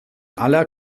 aller